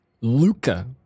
Luca